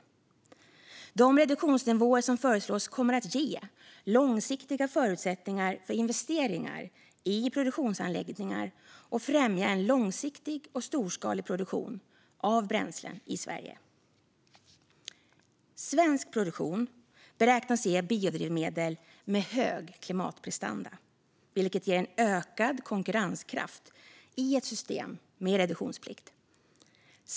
De reduktionsnivåer som föreslås kommer att ge långsiktiga förutsättningar för investeringar i produktionsanläggningar och främja en långsiktig och storskalig produktion av bränslen i Sverige. Svensk produktion beräknas ge biodrivmedel med hög klimatprestanda, vilket ger en ökad konkurrenskraft i ett system med reduktionsplikt.